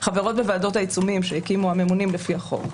חברות בוועדות העיצומים שהקימו הממונים לפי החוק.